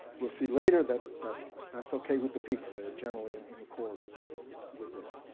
we'll see later that that that's okay with the people, they're generally and in accord with this,